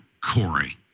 Corey